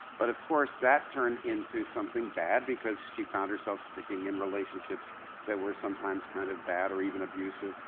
but of course, that turned into something bad because she found herself sticking in relationships that were sometimes kind of bad, or even abusive,